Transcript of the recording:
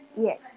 yes